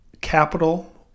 capital